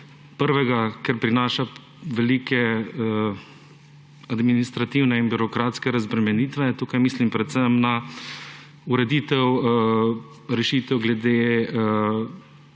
Prvega, ker prinaša velike administrativne in birokratske razbremenitve. Tukaj mislim predvsem na ureditev, rešitev glede